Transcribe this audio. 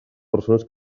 persones